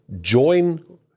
join